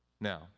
Now